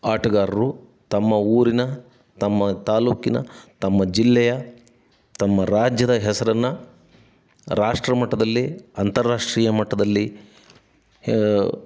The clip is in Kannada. ಆಟಗಾರರು ತಮ್ಮ ಊರಿನ ತಮ್ಮ ತಾಲೂಕಿನ ತಮ್ಮ ಜಿಲ್ಲೆಯ ತಮ್ಮ ರಾಜ್ಯದ ಹೆಸ್ರನ್ನು ರಾಷ್ಟ್ರ ಮಟ್ಟದಲ್ಲಿ ಅಂತಾರಾಷ್ಟ್ರೀಯ ಮಟ್ಟದಲ್ಲಿ